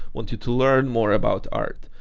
want you to learn more about art.